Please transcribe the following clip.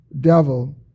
devil